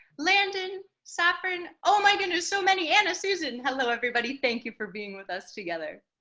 landon, safran. oh my goodness, so many! anna, susan. hello everybody! thank you for being with us together.